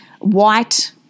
white